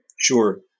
Sure